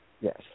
Yes